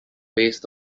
based